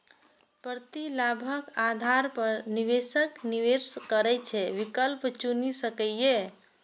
प्रतिलाभक आधार पर निवेशक निवेश करै के विकल्प चुनि सकैए